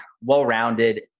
well-rounded